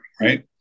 Right